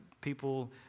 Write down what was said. people